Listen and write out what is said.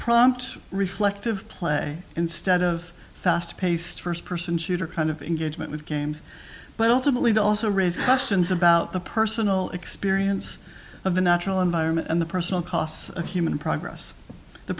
prompt reflective play instead of fast paced first person shooter kind of engagement with games but ultimately they also raise questions about the personal experience of the natural environment and the personal costs of human progress the